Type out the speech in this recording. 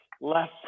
less